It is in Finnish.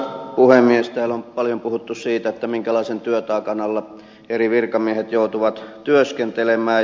täällä on paljon puhuttu siitä minkälaisen työtaakan alla eri virkamiehet joutuvat työskentelemään